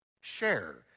Share